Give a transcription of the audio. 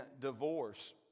divorce